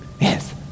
Yes